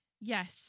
Yes